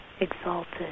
exalted